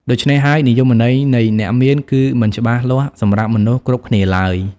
ដូច្នេះហើយ និយមន័យនៃ អ្នកមាន គឺមិនច្បាស់លាស់សម្រាប់មនុស្សគ្រប់គ្នាឡើយ។